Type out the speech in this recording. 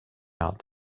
out